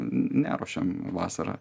neruošiam vasarą